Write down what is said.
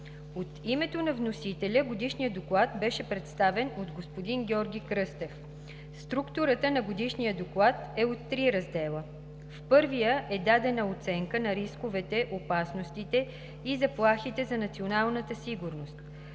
От името на вносителя Годишният доклад беше представен от господин Георги Кръстев. Структурата на Годишния доклад е от три раздела. В първия е дадена оценка на рисковете, опасностите и заплахите за националната сигурност;